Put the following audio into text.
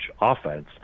offense